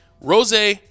Rose